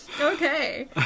Okay